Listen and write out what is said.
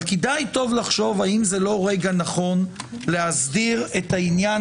אבל כדאי לחשוב טוב האם זה לא רגע נכון להסדיר את העניין